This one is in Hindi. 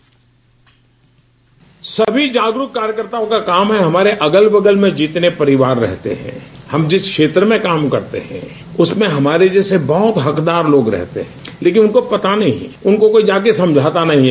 बाइट सभी जागरूक कार्यकर्ताओं का काम है हमारे अगल बगल में जितने परिवार रहते हैं हम जिस क्षेत्र में काम करते हैं जैसे बहुत हक़दार लोग रहते हैं लेकिन उनको पता नहीं है उनको कोई जाकर समझाता नहीं है